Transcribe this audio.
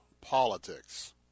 politics